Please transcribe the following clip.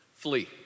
Flee